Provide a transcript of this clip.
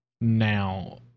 now